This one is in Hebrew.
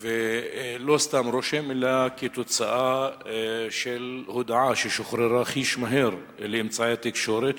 ולא סתם רושם אלא כתוצאה של הודעה ששוחררה חיש-מהר אל אמצעי התקשורת,